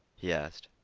he asked.